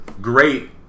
great